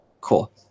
Cool